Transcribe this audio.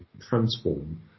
transform